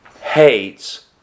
hates